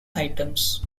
items